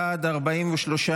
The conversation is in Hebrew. עידן רול,